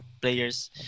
players